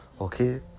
Okay